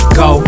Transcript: go